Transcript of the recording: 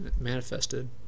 manifested